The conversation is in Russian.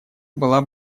была